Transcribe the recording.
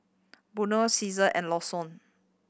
Burnett Ceasar and Lawson